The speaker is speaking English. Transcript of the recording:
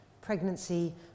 pregnancy